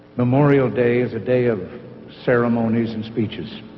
memorial day is a day of ceremonies and speeches.